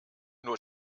nur